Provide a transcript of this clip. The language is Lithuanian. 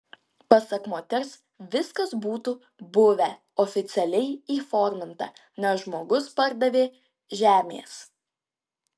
pasak moters viskas būtų buvę oficialiai įforminta nes žmogus pardavė žemės